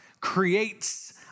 creates